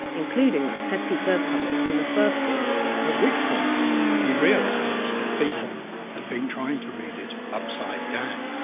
including that pesky curse tablet from the first haul at which point he realized that people had been trying to read it upside down.